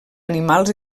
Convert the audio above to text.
animals